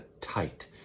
tight